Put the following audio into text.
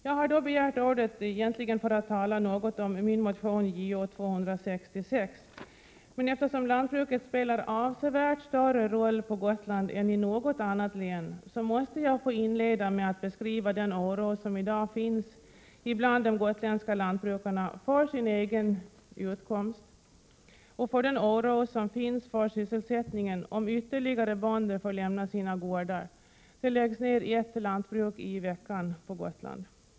Jag har egentligen begärt ordet för att tala något om min motion Jo266, men eftersom lantbruket spelar avsevärt större roll på Gotland än i något annat län, så måste jag få inleda med att beskriva den oro som i dag finns bland de gotländska lantbrukarna för deras egen utkomst och den oro som finns för sysselsättningen om ytterligare bönder får lämna sina gårdar. Det läggs ner ett lantbruk i veckan på Gotland.